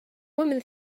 woman